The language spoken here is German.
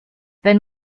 wenn